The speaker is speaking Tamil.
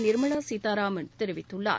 நிர்மலாசீத்தாராமன் தெரிவித்துள்ளார்